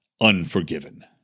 unforgiven